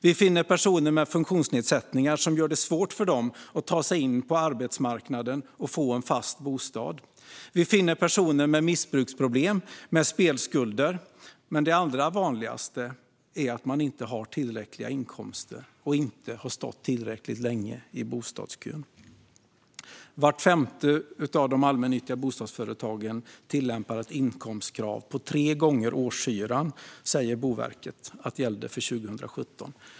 Vi finner personer med funktionsnedsättningar som gör det svårt för dem att ta sig in på arbetsmarknaden och få en fast bostad. Vi finner personer med missbruksproblem och spelskulder. Men det allra vanligaste är att man inte har tillräckliga inkomster och inte har stått tillräckligt länge i bostadskö. Vart femte av de allmännyttiga bostadsföretagen tillämpar ett inkomstkrav på tre gånger årshyran, enligt Boverket 2017.